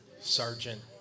Sergeant